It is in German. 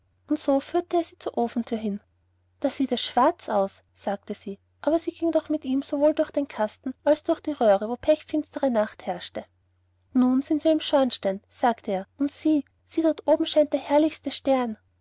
und er führte sie zu der ofenthür hin da sieht es schwarz aus sagte sie aber sie ging doch mit ihm sowohl durch den kasten als durch die röhre wo pechfinstere nacht herrschte nun sind wir im schornstein sagte er und sieh sieh dort oben scheint der herrlichste stern